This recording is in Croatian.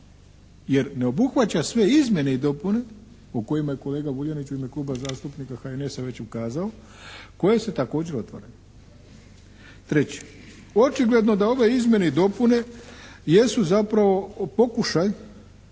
jer ne obuhvaća sve izmjene i dopune o kojima je kolega Vuljanić u ime Kluba zastupnika HNS-a već ukazao koje se također otvaraju. Treće, očigledno da ove izmjene i dopune jesu zapravo pokušaj